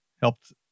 helped